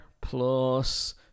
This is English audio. plus